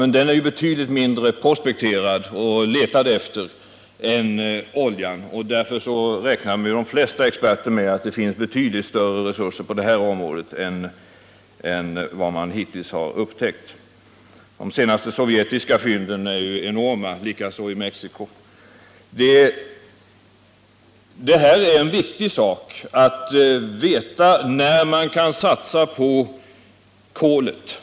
Men naturgasen är betydligt mindre prospekterad och letad efter än oljan. Därför räknar de flesta experter med att det finns betydligt större resurser på det här området än vad man hittills upptäckt. De sovjetiska fynden är ju enorma och likaså de i Mexico. Det här är viktigt för att veta när man kan satsa på kolet.